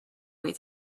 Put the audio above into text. way